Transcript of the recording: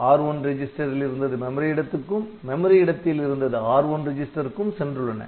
R1 ரிஜிஸ்டரில் இருந்தது memory இடத்துக்கும் மெமரி இடத்தில் இருந்தது R1 ரிஜிஸ்டர்க்கும் சென்றுள்ளன